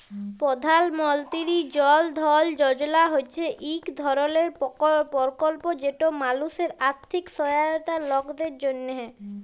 পধাল মলতিরি জল ধল যজলা হছে ইক ধরলের পরকল্প যেট মালুসের আথ্থিক সহায়তার লকদের জ্যনহে